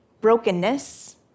brokenness